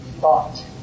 thought